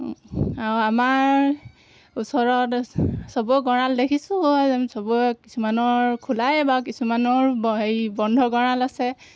আৰু আমাৰ ওচৰত চবৰ গঁড়াল দেখিছোঁ চবৰে কিছুমানৰ খোলাই বাৰু কিছুমানৰ হেৰি বন্ধ গঁড়াল আছে